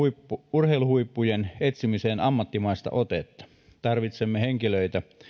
urheiluhuippujen etsimiseen ammattimaista otetta tarvitsemme henkilöitä